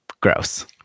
gross